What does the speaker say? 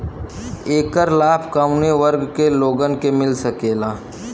ऐकर लाभ काउने वर्ग के लोगन के मिल सकेला?